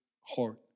heart